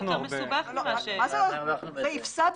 הפסדנו.